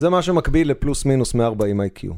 זה מה שמקביל לפלוס מינוס 140 IQ